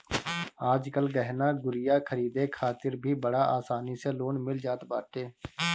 आजकल गहना गुरिया खरीदे खातिर भी बड़ा आसानी से लोन मिल जात बाटे